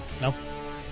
No